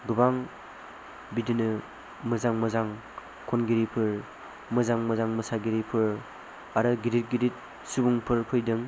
गोबां बिब्दिनो मोजां मोजां खनगिरिफोर मोजां मोजां मोसागिरिफोर आरो गिदिर गिदिर सुबुंफोर फैदों